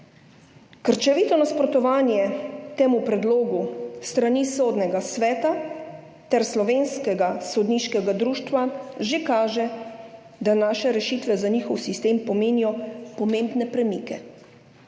Krčevito nasprotovanje temu predlogu s strani Sodnega sveta ter Slovenskega sodniškega društva že kaže, da naše rešitve za njihov sistem pomenijo pomembne premike.